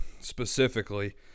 specifically –